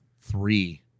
three